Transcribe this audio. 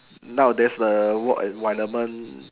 now there's a walk environment